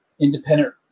independent